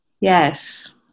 Yes